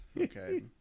Okay